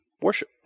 worship